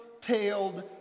tailed